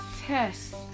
test